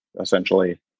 essentially